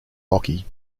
hockey